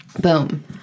Boom